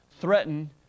threaten